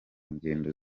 ngendo